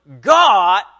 God